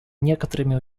некоторыми